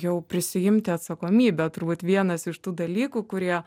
jau prisiimti atsakomybę turbūt vienas iš tų dalykų kurie